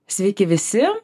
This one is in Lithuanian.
sveiki visi